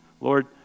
Lord